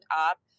up